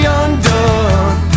undone